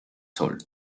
sol